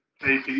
AP